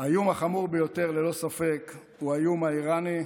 האיום החמור ביותר, ללא ספק, הוא האיום האיראני.